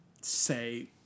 say